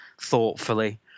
thoughtfully